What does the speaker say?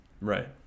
Right